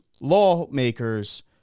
lawmakers